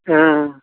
हाँ